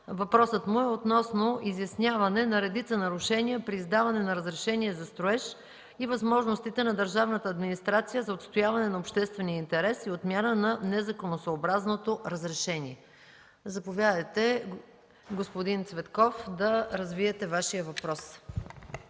Борис Цветков относно изясняване на редица нарушения при издаване на разрешения за строеж и възможностите на държавната администрация за отстояване на обществения интерес и отмяна на незаконосъобразно разрешение. Заповядайте, господин Цветков, да развиете Вашия въпрос.